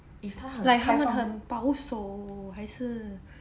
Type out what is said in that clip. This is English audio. like 他们很保守还是